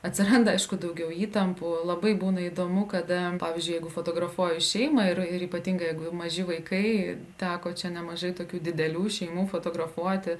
atsiranda aišku daugiau įtampų labai būna įdomu kada pavyzdžiui jeigu fotografuoju šeimą ir ir ypatingai jeigu maži vaikai teko čia nemažai tokių didelių šeimų fotografuoti